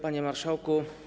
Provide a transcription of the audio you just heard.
Panie Marszałku!